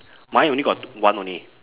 mine only got one only